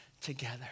together